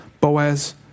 Boaz